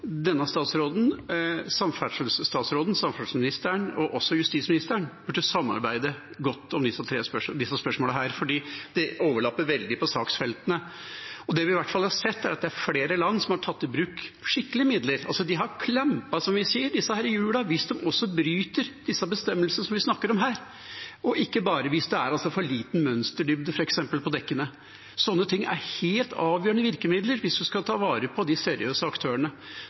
denne statsråden, samferdselsministeren og også justisministeren burde samarbeide godt om disse spørsmålene, fordi dette overlapper saksfeltene. Det vi i hvert fall har sett, er at det er flere land som har tatt i bruk skikkelige midler; de har «klampet» hjulene hvis de bryter de bestemmelsene som vi snakker om her, og ikke hvis det f.eks. bare er for liten mønsterdybde på dekkene. Slike ting er helt avgjørende virkemidler hvis en skal ta vare på de seriøse aktørene.